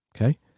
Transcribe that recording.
Okay